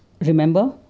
Remember